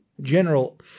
general